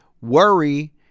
Worry